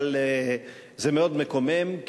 אבל זה מאוד מקומם,